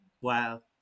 Wow